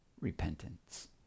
repentance